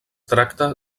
tracta